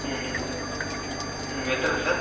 ம் ம் எத்தனை சார்